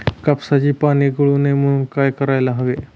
कापसाची पाने गळू नये म्हणून काय करायला हवे?